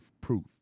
proof